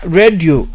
radio